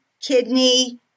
kidney